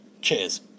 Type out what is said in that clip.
Cheers